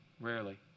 Rarely